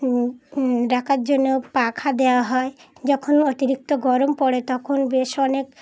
ডাকার জন্য পাখা দেওয়া হয় যখন অতিরিক্ত গরম পড়ে তখন বেশ অনেক